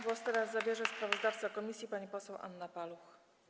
Głos teraz zabierze sprawozdawca komisji pani poseł Anna Paluch.